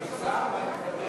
אני נמצא ואני מוותר.